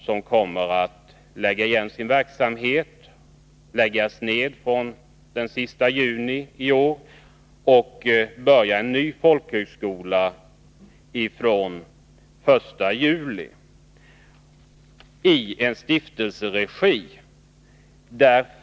Den nuvarande folkhögskolan där kommer att läggas ned den sista juni i år, och en ny folkhögskola i stiftelseregi kommer att starta den 1 juli.